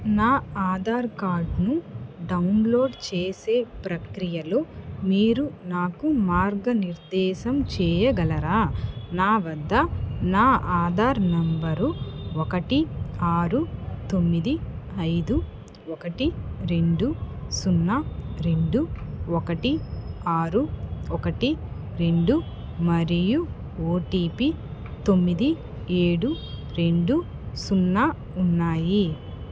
నా ఆధార్కార్డ్ను డౌన్లోడ్ చేసే ప్రక్రియలో మీరు నాకు మార్గనిర్దేశం చెయ్యగలరా నా వద్ద నా ఆధార్ నంబరు ఒకటి ఆరు తొమ్మిది ఐదు ఒకటి రెండు సున్నా రెండు ఒకటి ఆరు ఒకటి రెండు మరియు ఓటీపి తొమ్మిది ఏడు రెండు సున్నా ఉన్నాయి